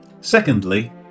Secondly